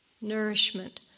Nourishment